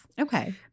Okay